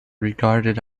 regarded